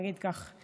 נגיד כך.